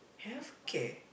healthcare